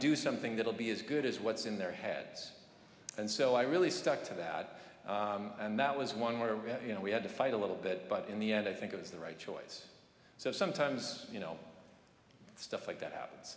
do something that will be as good as what's in their heads and so i really stuck to that and that was one where you know we had to fight a little bit but in the end i think it was the right choice so sometimes you know stuff like that happens